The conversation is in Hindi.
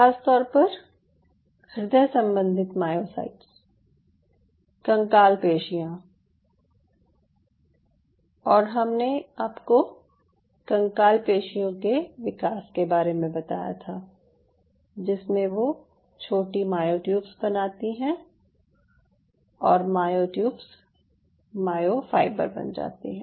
ख़ास तौर पर हृदय सम्बन्धी मायोसाइट्स कंकाल पेशियाँ और हमने आपको कंकाल पेशियों के विकास के बारे में बताया था जिसमे वो छोटी मायोट्यूब्स बनाती हैं और मायोट्यूब्स मायोफाइबर बन जाती हैं